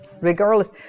regardless